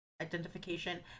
identification